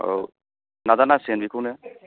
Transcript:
औ नाजानांसिगोन बेखौनो